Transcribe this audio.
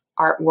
artwork